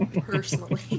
personally